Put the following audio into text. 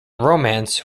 romance